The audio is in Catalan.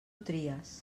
tries